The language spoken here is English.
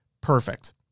Perfect